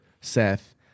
Seth